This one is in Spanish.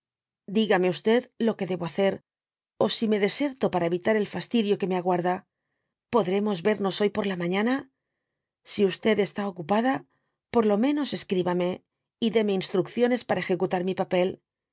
dígame lo que debo hacer ó si me deserto para evitar el festidio que me aguarda podremos vemos hoy por la mañana si está ocupada y por lo menos escríbame y déme instrucciones para ejecutar mi papel